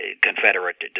Confederate